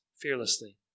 fearlessly